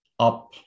up